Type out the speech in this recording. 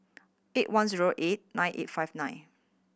eight one zero eight nine eight five nine